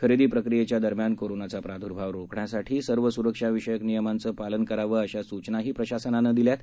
खरेदी प्रक्रियेच्या दरम्यान कोरोनाचा प्राद्र्भाव रोखण्यासाठी सर्व सुरक्षाविषयक नियमांचं पालन करावं अशा सूचनाही प्रशासनानं दिल्या आहेत